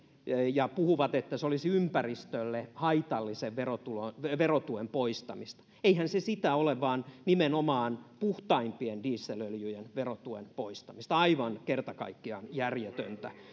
ja puhuvat että se olisi ympäristölle haitallisen verotuen verotuen poistamista eihän se sitä ole vaan nimenomaan puhtaimpien dieselöljyjen verotuen poistamista aivan kerta kaikkiaan järjetöntä